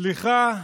סליחה.